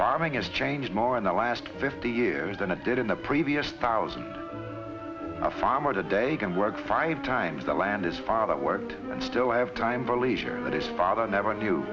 farming is changed more in the last fifty years than a did in the previous thousand a farmer today can work five times the land his father worked and still have time for leisure that his father never knew